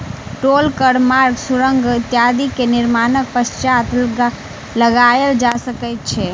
टोल कर मार्ग, सुरंग इत्यादि के निर्माणक पश्चात लगायल जा सकै छै